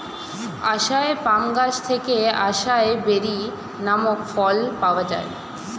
আসাই palm গাছ থেকে acai berry নামক ফল পাওয়া যায়